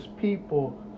people